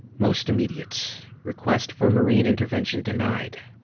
most immediate. request for marine intervention denied.